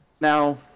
Now